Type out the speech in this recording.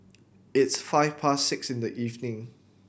its five past six in the evening